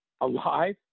alive